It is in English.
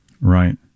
Right